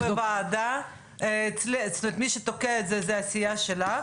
לא, כרגע זה בוועדה, מי שתוקע את זה זו הסיעה שלך.